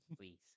please